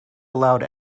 allowed